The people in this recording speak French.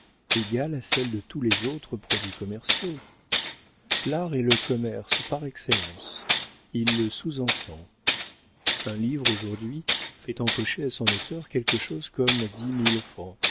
égale à celle de tous les autres produits commerciaux l'art est le commerce par excellence il le sous-entend un livre aujourd'hui fait empocher à son auteur quelque chose comme dix mille francs